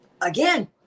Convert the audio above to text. again